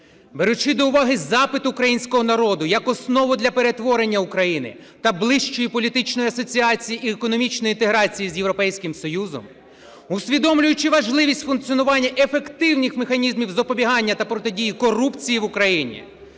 беручи до уваги запит українського народу як основу для перетворення України та ближчої політичної асоціації і економічної інтеграції з Європейським Союзом, усвідомлюючи важливість функціонування ефективних механізмів запобігання та протидії корупції в Україні,